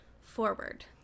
forward